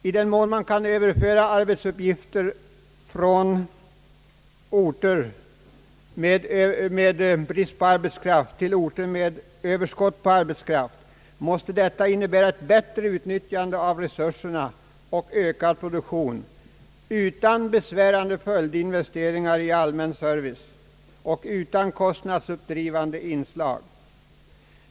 I den mån man kan överföra arbetsuppgifter från orter med brist på arbetskraft till orter med överskott, måste detta innebära ett bättre utnyttjande av resurserna och ökad produktion utan besvärande följdinvesteringar i allmän service och utan kostnadsuppdrivande inslag.